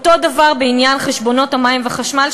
אותו דבר בעניין חשבונות המים והחשמל,